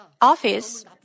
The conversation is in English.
office